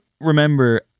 remember